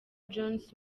jones